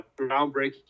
groundbreaking